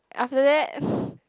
after that